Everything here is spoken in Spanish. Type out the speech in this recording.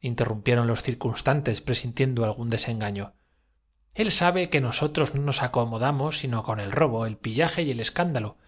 el secreto de la inmorta él sabe que nosotros no nos acomodamos sino con el robo el pillaje y el escándalo